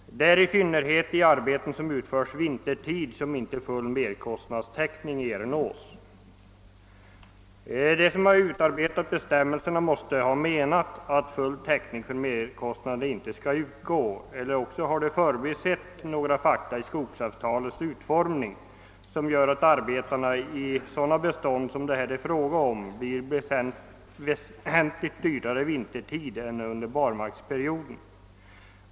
Det är i synnerhet vid arbeten som utförs vintertid som full merkostnadstäckning inte kan ernås. De som har utarbetat bestämmelserna måste antingen ha menat att full täckning för merkostnaderna inte skall lämnas eller också har de förbisett några fakta i skogsavtalets utformning, som gör att arbetena i sådana bestånd som det här är fråga om blir väsentligt dyrare vintertid än under barmarksperioden.